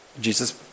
Jesus